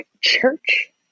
church